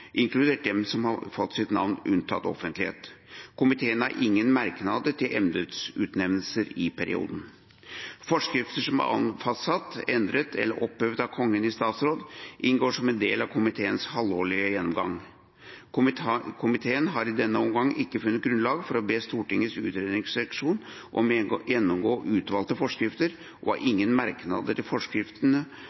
offentlighet. Komiteen har ingen merknader til embetsutnevnelser i perioden. Forskrifter som er fastsatt, endret eller opphevet av Kongen i statsråd, inngår som en del av komiteens halvårlige gjennomgang. Komiteen har i denne omgang ikke funnet grunnlag for å be Stortingets utredningsseksjon om å gjennomgå utvalgte forskrifter, og har ingen merknader til forskriftene